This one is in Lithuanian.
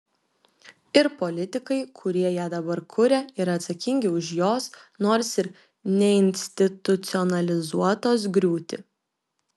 ir politikai kurie ją dabar kuria yra atsakingi už jos nors ir neinstitucionalizuotos griūtį